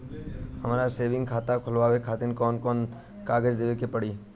हमार सेविंग खाता खोलवावे खातिर कौन कौन कागज देवे के पड़ी?